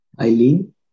Eileen